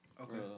Okay